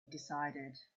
decided